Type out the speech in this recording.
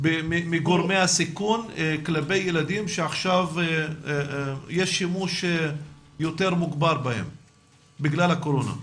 מגורמי הסיכון כלפי ילדים שעכשיו יש שימוש יותר מוגבר בו בגלל הקורונה?